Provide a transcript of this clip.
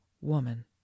woman